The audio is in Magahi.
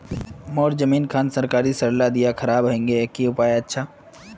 मोर जमीन खान सरकारी सरला दीया खराब है गहिये की उपाय अच्छा?